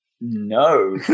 no